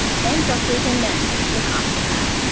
then doctors and nurses look after her.